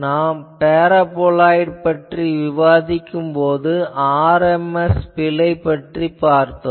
நாம் பெராபோலயிட் பற்றி விவாதிக்கும் போது RMS பிழை பற்றிப் பார்த்தோம்